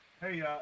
Hey